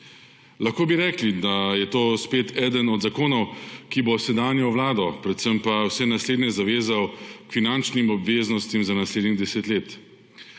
Lahko bi rekli, da je to spet eden od zakonov, ki bo sedanjo vlado, predvsem pa vse naslednje, zavezal k finančnim obveznostim za naslednjih 10 let.